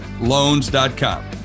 loans.com